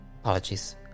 apologies